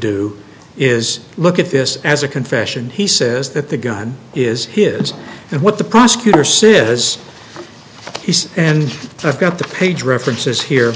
do is look at this as a confession he says that the gun is his and what the prosecutor says he's and i've got the page references here